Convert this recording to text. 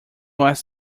was